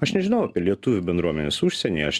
aš nežinau apie lietuvių bendruomenes užsienyje aš